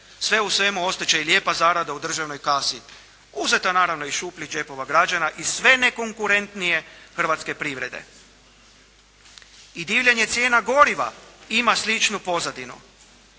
Sve u svemu ostat će lijepa zarada u državnoj kasi, uzeta naravno iz šupljih džepova građana i sve nekonkurentnije hrvatske privrede. I divljanje cijena goriva ima sličnu pozadinu.